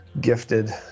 gifted